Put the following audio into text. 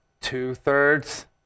two-thirds